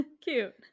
cute